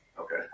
Okay